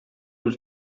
bir